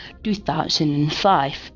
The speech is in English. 2005